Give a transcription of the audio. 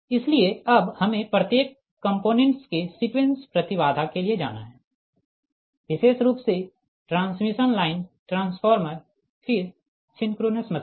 इसलिए अब हमें प्रत्येक कम्पोनेंट के सीक्वेंस प्रति बाधा के लिए जाना है विशेष रूप से ट्रांसमिशन लाइन ट्रांसफार्मर फिर सिंक्रोनस मशीन